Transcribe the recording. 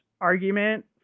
argument